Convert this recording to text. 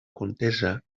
contesa